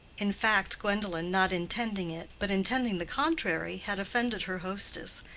in fact, gwendolen, not intending it, but intending the contrary, had offended her hostess,